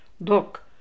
look